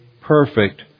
perfect